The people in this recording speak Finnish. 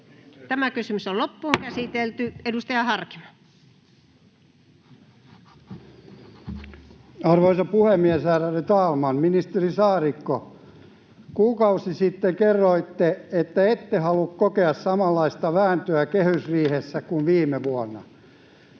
mitä meidän pitää tehdä. Edustaja Harkimo. Arvoisa puhemies, ärade talman! Ministeri Saarikko, kuukausi sitten kerroitte, että ette halua kokea samanlaista vääntöä kehysriihessä kuin viime vuonna.